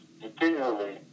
continually